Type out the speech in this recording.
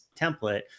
template